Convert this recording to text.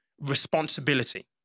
responsibility